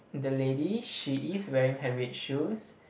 the lady she is wearing her red shoes